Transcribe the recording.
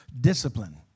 discipline